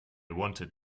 wanted